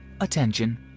attention